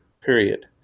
period